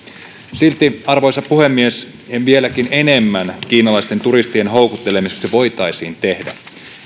silti arvoisa puhemies vieläkin enemmän kiinalaisten turistien houkuttelemiseksi voitaisiin tehdä